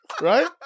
Right